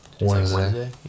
Wednesday